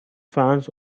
fans